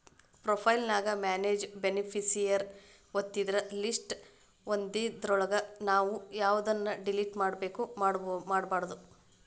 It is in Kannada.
ಪ್ರೊಫೈಲ್ ನ್ಯಾಗ ಮ್ಯಾನೆಜ್ ಬೆನಿಫಿಸಿಯರಿ ಒತ್ತಿದ್ರ ಲಿಸ್ಟ್ ಬನ್ದಿದ್ರೊಳಗ ನಾವು ಯವ್ದನ್ನ ಡಿಲಿಟ್ ಮಾಡ್ಬೆಕೋ ಮಾಡ್ಬೊದು